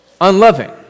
unloving